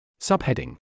subheading